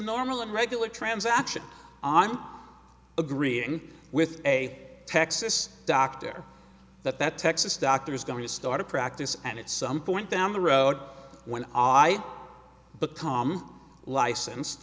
normal and regular transaction i'm agreeing with a texas doctor that that texas doctor is going to start a practice and at some point down the road when i become licensed